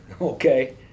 okay